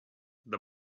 the